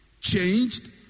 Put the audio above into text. Changed